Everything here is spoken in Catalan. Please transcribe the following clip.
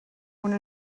una